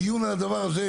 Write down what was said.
דיון על הדבר הזה,